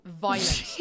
Violent